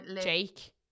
Jake